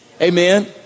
amen